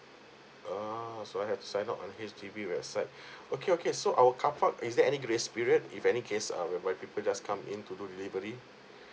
ah so I have to sign up on H_D_B website okay okay so our car park is there any grace period if any case uh whereby people just come in to do delivery